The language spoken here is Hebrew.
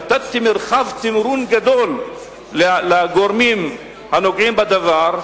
נתתי מרחב תמרון גדול לגורמים הנוגעים בדבר,